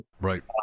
right